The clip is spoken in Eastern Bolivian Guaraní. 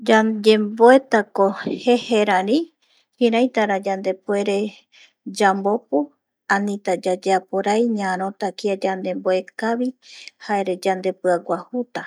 Yaye, mboeta jeje rari kiraitara vyandepuereta yambopu, anita, yayeaporai ñaarota kia yandemboekavi jare yande piaguajuta